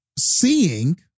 seeing